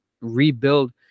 rebuild